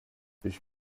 ich